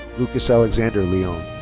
lucas alexander leon.